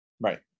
right